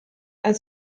and